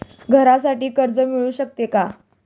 घरासाठी कर्ज मिळू शकते का?